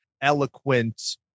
eloquent